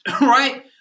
right